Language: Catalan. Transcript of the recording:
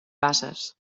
bases